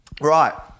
right